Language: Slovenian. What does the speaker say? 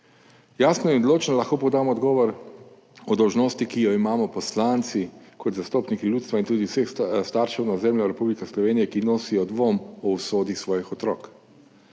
Jasno in odločno lahko podam odgovor o dolžnosti, ki jo imamo poslanci kot zastopniki ljudstva in tudi vseh staršev na ozemlju Republike Slovenije, ki nosijo dvom o usodi svojih otrok.